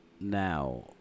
now